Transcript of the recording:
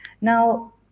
Now